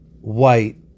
white